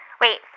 Wait